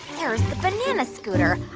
there's the banana scooter.